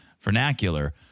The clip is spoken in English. vernacular